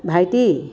ভাইটি